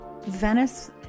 Venice